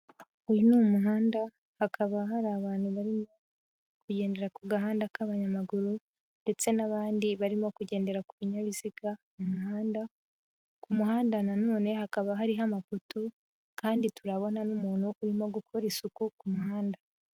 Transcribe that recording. Uyu ni umuhanda, hakaba hari abantu barimo kugendera ku gahanda k'abanyamaguru ndetse n'abandi barimo kugendera ku binyabiziga mu muhanda, ku muhanda na none hakaba hariho amapoto kandi turabona n'umuntu urimo gukora isuku ku muhanda.